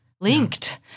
linked